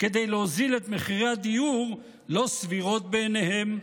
כדי להוריד את מחירי הדיור לא סבירות בעיניהם,